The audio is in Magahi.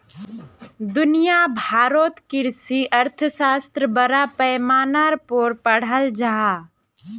दुनिया भारोत कृषि अर्थशाश्त्र बड़ा पैमानार पोर पढ़ाल जहा